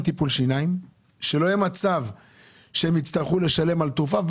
טיפול שיניים ושלא יהיה מצב שהם יצטרכו לשלם על תרופה.